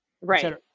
Right